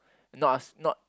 not us not